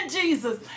Jesus